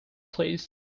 please